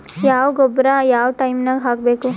ಯಾವ ಗೊಬ್ಬರ ಯಾವ ಟೈಮ್ ನಾಗ ಹಾಕಬೇಕು?